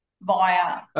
via